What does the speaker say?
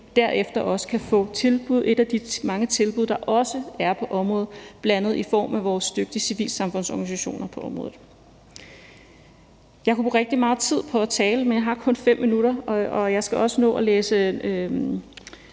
derefter kan få et af de mange tilbud, der også er på området, bl.a. i form af vores dygtige civilsamfundsorganisationer på området. Jeg kunne bruge rigtig meget tid på at tale, men jeg har kun 5 minutter, og jeg skal også nå at læse